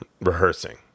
rehearsing